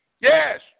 Yes